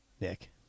Nick